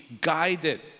guided